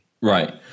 right